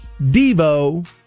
Devo